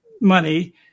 money